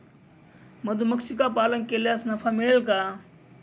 मधुमक्षिका पालन केल्यास नफा मिळेल का?